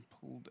pulled